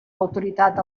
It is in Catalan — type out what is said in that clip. autoritat